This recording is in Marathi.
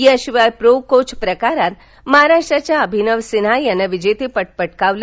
याशिवाय प्रो कोच प्रकारात महाराष्ट्राच्या अभिनव सिन्हा यानं विजेतेपट पटकावलं